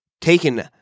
taken